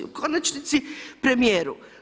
U konačnici premijeru.